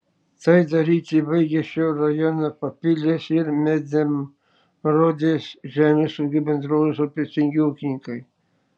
tai daryti baigia šio rajono papilės ir medemrodės žemės ūkio bendrovės rūpestingi ūkininkai